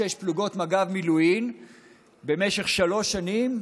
פלוגות מג"ב מילואים במשך שלוש שנים,